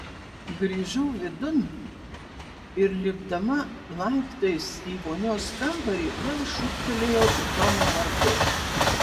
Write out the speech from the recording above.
grįžau vidun ir lipdama laiptais į vonios kambarį vėl šūktelėjau domą vardu